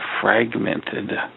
fragmented